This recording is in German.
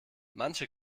manche